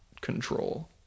control